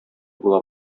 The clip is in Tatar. була